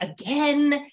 again